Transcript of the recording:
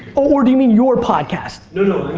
or do you mean your podcast? no,